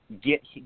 get